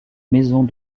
maisons